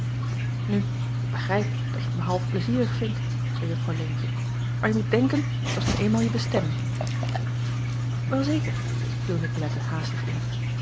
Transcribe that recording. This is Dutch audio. u ik begrijp dat je t maar half pleizierig vindt zeî uffrouw eentje maar je moet denken t was nu eenmaal je bestemming el zeker viel icolette haastig in